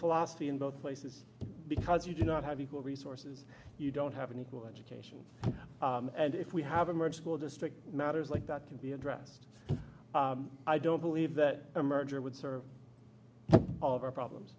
philosophy in both places because you do not have equal resources you don't have an equal education and if we have emerged school district matters like that to be addressed i don't believe that a merger would serve all of our problems